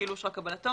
כאילו אושרה קבלתו,